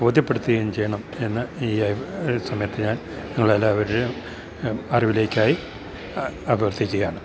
ബോധ്യപ്പെടുത്തുകയും ചെയ്യണം എന്ന് ഈ സമയത്ത് ഞാൻ നിങ്ങളെല്ലാവരുടെയും അറിവിലേക്കായി അഭ്യർഥിക്കുകയാണ്